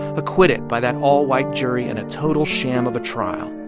acquitted by that all-white jury in a total sham of a trial.